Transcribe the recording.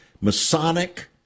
Masonic